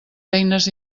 eines